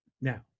Now